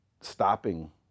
stopping